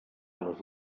les